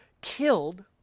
killed